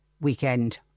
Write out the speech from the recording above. weekend